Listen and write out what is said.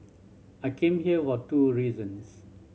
I came here were two reasons